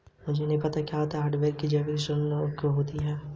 hardwood की जैविक श्रेणी एंजियोस्पर्म है